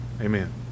Amen